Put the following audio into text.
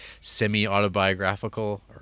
semi-autobiographical